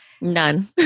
None